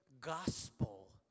gospel